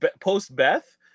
post-Beth